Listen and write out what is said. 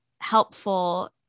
helpful